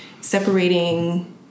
separating